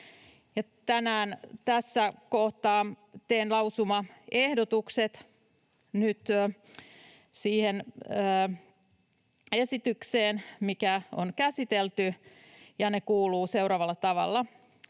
Tänään tässä kohtaa teen lausumaehdotukset nyt siihen esitykseen, mitä on käsitelty, ja ne kuuluvat seuraavalla tavalla: